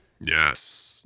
Yes